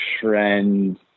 trend